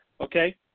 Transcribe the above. okay